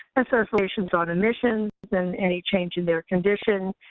assess all patients on admission and any change in their condition.